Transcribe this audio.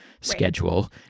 schedule